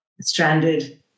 stranded